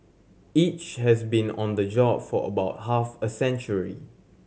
each has been on the job for about half a century